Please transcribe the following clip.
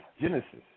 Genesis